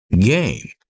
game